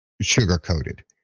sugar-coated